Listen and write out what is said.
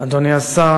אדוני השר,